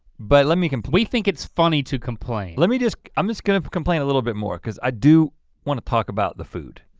but let me we think it's funny to complain. let me just, i'm just gonna complain a little bit more cause i do wanna talk about the food.